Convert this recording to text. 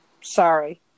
Sorry